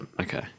Okay